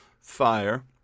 fire